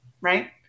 right